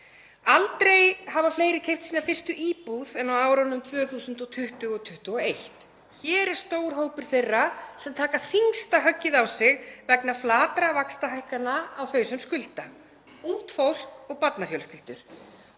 Aldrei hafa fleiri keypt sína fyrstu íbúð en á árunum 2020 og 2021. Hér er stór hópur þeirra sem taka þyngsta höggið á sig vegna flatra vaxtahækkana á þau sem skulda, ungt fólk og barnafjölskyldur.